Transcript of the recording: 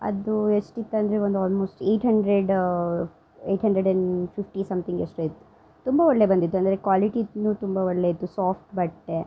ಅದು ಎಷ್ಟಿತ್ತು ಅಂದರೆ ಒಂದು almost eight hundred eight hundred and fifty something ಎಷ್ಟೊ ಇತ್ತು ತುಂಬ ಒಳ್ಳೆ ಬಂದಿತ್ತು ಅಂದರೆ ಕ್ವಾಲಿಟಿನು ತುಂಬ ಒಳ್ಳೆ ಇತ್ತು ಸಾಫ್ಟ್ ಬಟ್ಟೆ